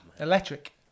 electric